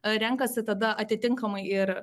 renkasi tada atitinkamai ir